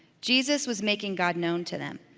jesus was making god known to them.